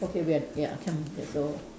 okay we're ya come that's all